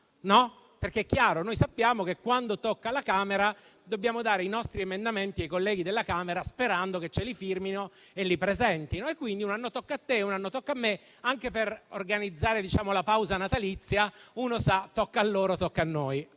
Noi sappiamo, infatti, che, quando tocca alla Camera, dobbiamo dare i nostri emendamenti ai colleghi della Camera, sperando che li firmino e li presentino. Quindi, un anno tocca a loro e un anno tocca a noi. Anche per organizzare la pausa natalizia, uno così sa se tocca a lor o se tocca a noi.